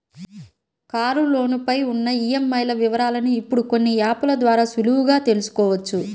కారులోను పై ఉన్న ఈఎంఐల వివరాలను ఇప్పుడు కొన్ని యాప్ ల ద్వారా సులువుగా తెల్సుకోవచ్చు